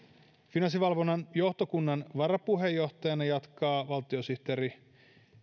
finanssivalvonnan johtokunnan varapuheenjohtajana jatkaa valtiosihteeri